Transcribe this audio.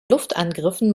luftangriffen